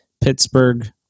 Pittsburgh